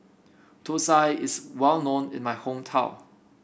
Thosai is well known in my hometown